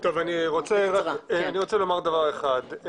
אני רוצה לומר דבר אחד.